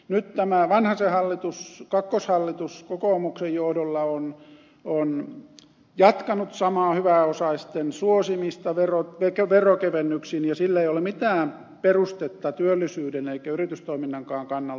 nyt tämä vanhasen kakkoshallitus kokoomuksen johdolla on jatkanut samaa hyväosaisten suosimista veronkevennyksin ja sillä ei ole mitään perustetta työllisyyden eikä yritystoiminnankaan kannalta